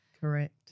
Correct